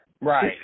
Right